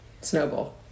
Snowball